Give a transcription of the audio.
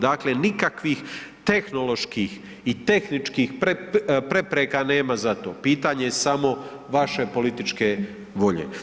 Dakle nikakvih tehnoloških i tehničkih prepreka nema za to, pitanje je samo vaše političke volje.